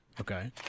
Okay